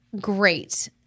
great